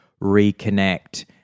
reconnect